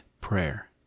prayer